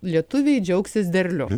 lietuviai džiaugsis derlium